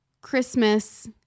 Christmas